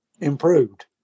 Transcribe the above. improved